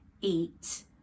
eat